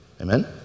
Amen